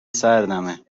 سردمه